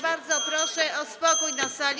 Bardzo proszę o spokój na sali.